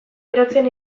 berotzen